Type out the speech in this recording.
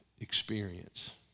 experience